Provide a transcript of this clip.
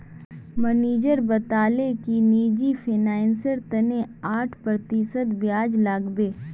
manager बताले कि निजी फिनांसेर तने आठ प्रतिशत ब्याज लागबे